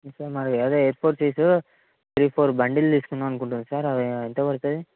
ఇంకా మరి అదే A four sheets three four bundle తీసుకుందామని అనుకుంటున్నాను సార్ అది ఎంత పడుతుంది